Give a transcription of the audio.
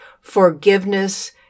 forgiveness